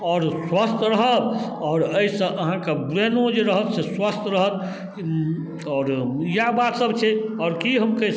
आओर स्वस्थ रहब आओर एहिसँ अहाँके ब्रेनो जे रहत से स्वस्थ रहत आओर इएह बातसब छै आओर कि हम कहि सकै छी